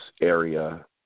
area